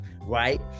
right